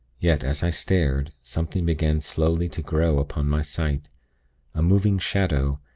yet, as i stared, something began slowly to grow upon my sight a moving shadow,